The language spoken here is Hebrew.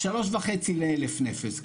3.5 ל-1,000 נפש.